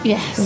Yes